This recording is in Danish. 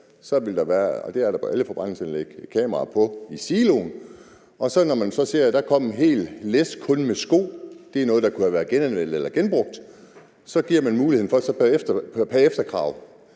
et kamera på i siloen, og når man så ser, at der kom et helt læs kun med sko, som er noget, der kunne have været genanvendt eller genbrugt, giver man muligheden for pr. efterkrav